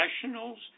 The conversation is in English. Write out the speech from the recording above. professionals